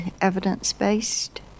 evidence-based